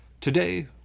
Today